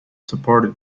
supported